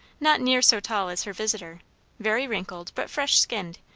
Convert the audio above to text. not near so tall as her visitor very wrinkled, but fresh-skinned,